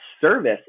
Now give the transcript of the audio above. service